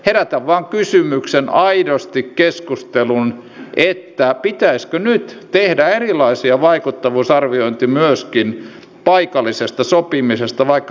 tätä vaan kysymyksen aidosti keskusteluun että pitäisi tehdä erilaisia vaikuttavuusarviointeja myöskin paikallisesta kysyn ministeriltä